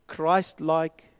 Christ-like